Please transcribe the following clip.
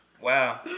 Wow